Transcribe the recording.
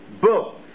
book